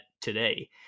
today